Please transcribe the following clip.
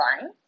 line